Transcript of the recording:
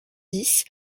dix